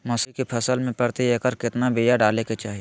मसूरी के फसल में प्रति एकड़ केतना बिया डाले के चाही?